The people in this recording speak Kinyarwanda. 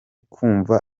kumva